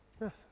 Yes